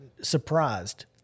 surprised